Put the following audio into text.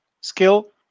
skill